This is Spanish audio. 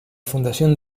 fundación